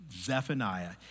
Zephaniah